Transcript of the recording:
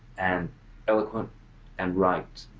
and eloquent and right.